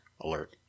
alert